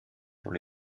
dans